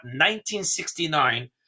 1969